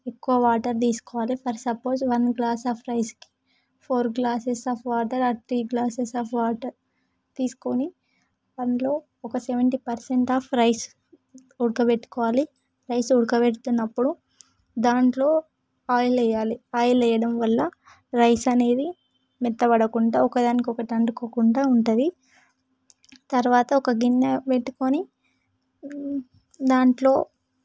ఎక్కువ వాటర్ తీసుకోవాలి for suppose one glass of రైస్కి four glasses of water or three glasses of water తీసుకొని అందులో ఒక సెవెంటీ పర్సెంట్ ఆఫ్ రైస్ ఉడకబెట్టుకోవాలి రైస్ ఉడక పెడుతున్నప్పుడు దానీలో ఆయిల్ వేయాలి ఆయిల్ వేయడం వలన రైస్ అనేది మెత్తబడకుండా ఒకదానికొకటి అంటుకోకుండా ఉంటుంది తరువాత ఒక గిన్నె పెట్టుకొని దానిలో